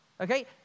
Okay